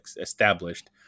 established